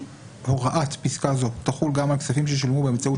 הוראת פסקה זו תחול גם על כספים ששולמו באמצעות